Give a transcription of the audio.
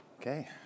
Okay